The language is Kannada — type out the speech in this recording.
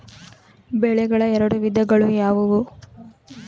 ಬೆಳೆಗಳ ಎರಡು ವಿಧಗಳು ಯಾವುವು?